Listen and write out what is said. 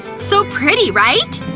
so pretty, right?